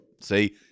See